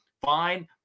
fine